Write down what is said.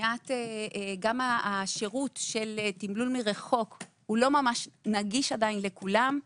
וגם השירות של תמלול מרחוק עדיין לא ממש נגיש לכולם.